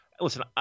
listen